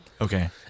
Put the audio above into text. Okay